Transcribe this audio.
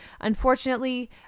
Unfortunately